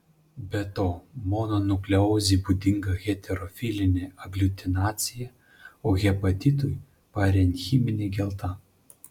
be to mononukleozei būdinga heterofilinė agliutinacija o hepatitui parenchiminė gelta